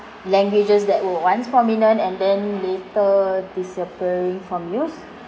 languages that were once prominent and then later disappearing from use